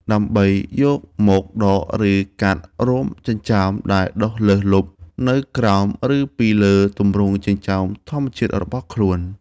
ដើម្បីយកមកដក ឬកាត់រោមចិញ្ចើមដែលដុះលើសលប់នៅក្រោម ឬពីលើទម្រង់ចិញ្ចើមធម្មជាតិរបស់ខ្លួន។